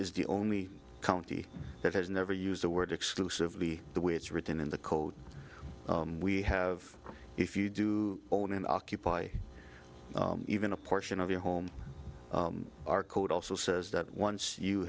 is the only county that has never used the word exclusively the way it's written in the code we have if you do own and occupy even a portion of your home our code also says that once you